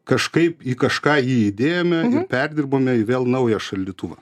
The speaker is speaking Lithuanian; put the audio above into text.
kažkaip į kažką jį įdėjome ir perdirbome į vėl naują šaldytuvą